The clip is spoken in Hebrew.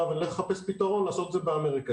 ונלך לחפש פתרון לעשות את זה באמריקה.